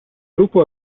gruppo